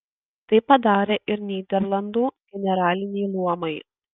tai padarė ir nyderlandų generaliniai luomai